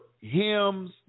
hymns